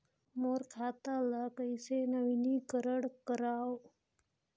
मोर खाता ल कइसे नवीनीकरण कराओ?